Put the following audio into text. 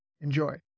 Enjoy